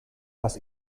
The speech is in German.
das